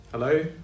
Hello